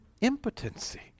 impotency